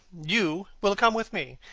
you will come with me.